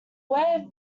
where